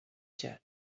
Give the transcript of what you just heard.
jet